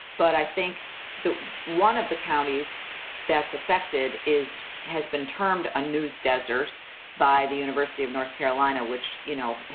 but i think that one of the counties that's affected is has been termed a news desert by the university of north carolina, which, you know,